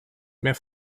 mehr